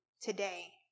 today